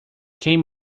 quem